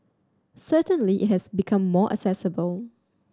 certainly it has become more accessible